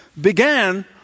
began